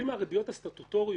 להביא דפי